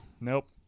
Nope